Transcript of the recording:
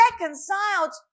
reconciled